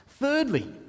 Thirdly